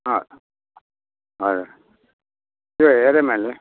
अँ हजुर त्यो हेरेँ मैले